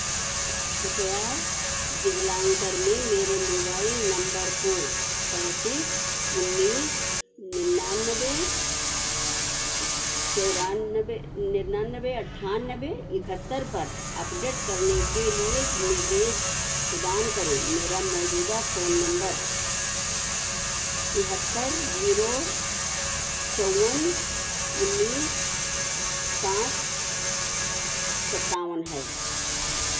कृपया डिजिलांकर में मेरे मोबाइल नम्बर को पैंतीस उन्नीस निन्यान्वे चौरानवे निन्यान्वे अट्ठानवे इकहत्तर पर अपडेट करने के लिए निर्देश प्रदान करें मेरा मौजूदा फ़ोन नम्बर तिहत्तर जीरो चौवन उन्नीस पाँच सत्तावन है